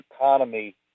economy